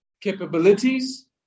capabilities